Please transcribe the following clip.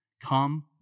Come